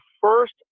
first